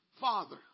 Father